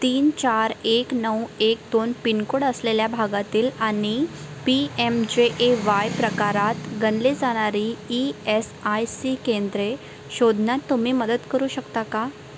तीन चार एक नऊ एक दोन पिनकोड असलेल्या भागातील आणि P M J A Y प्रकारात गणले जाणारी ई एस आय सी केंद्रे शोधण्यात तुम्ही मदत करू शकता का